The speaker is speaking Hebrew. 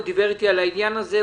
הוא דיבר איתי על העניין הזה,